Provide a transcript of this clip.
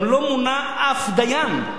גם לא מונה אף דיין,